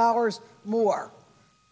dollars more